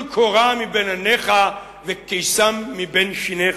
קורה מבין עיניך וקיסם מבין שיניך".